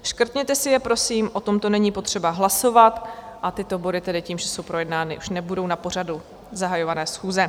Škrtněte si je prosím, o tomto není potřeba hlasovat, tyto body tím, že jsou projednány, už nebudou na pořadu zahajované schůze.